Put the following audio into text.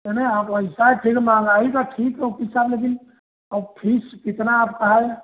है नहीं आप वैसा फ़िर महँगाई का ठीक है वकील साहब लेकिन अब फीस कितना आपका है